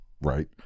Right